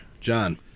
John